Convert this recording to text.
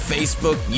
Facebook